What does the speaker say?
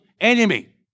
enemy